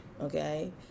okay